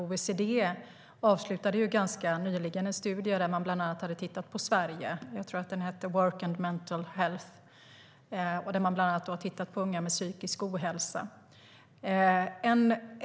OECD avslutade ganska nyligen en studie där man bland annat hade tittat på Sverige - jag tror att den hette Mental Health and Work - där man bland annat har tittat på unga med psykisk ohälsa.